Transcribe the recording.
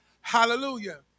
Hallelujah